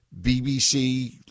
bbc